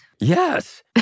Yes